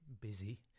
busy